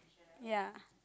ya